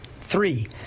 three